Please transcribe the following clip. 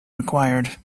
required